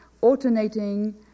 alternating